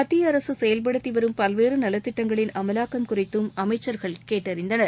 மத்திய அரசு செயல்படுத்தி வரும் பல்வேறு நலத்திட்டங்களின் அமலாக்கம் குறித்தும் அமைச்சர்கள் கேட்டறிந்தனர்